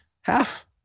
half